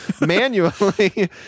manually